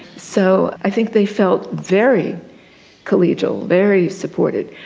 so i think they felt very collegial, very supported.